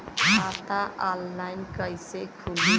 खाता ऑनलाइन कइसे खुली?